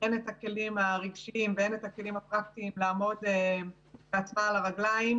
הן הכלים הרגשיים והן את הכלים הפרקטיים לעמוד בעצמה על הרגליים,